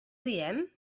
diem